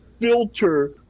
filter